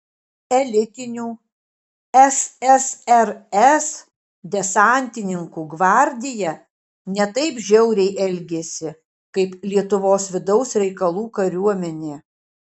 elitinių ssrs desantininkų gvardija ne taip žiauriai elgėsi kaip lietuvos vidaus reikalų kariuomenė